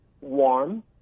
warm